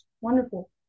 Wonderful